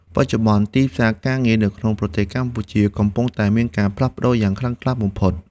បច្ចុប្បន្ន ទីផ្សារការងារនៅក្នុងប្រទេសកម្ពុជាកំពុងតែមានការផ្លាស់ប្តូរយ៉ាងខ្លាំងក្លាបំផុត។